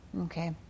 Okay